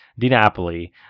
DiNapoli